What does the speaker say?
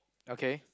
okay